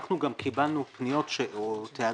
אנחנו גם קיבלנו טענות,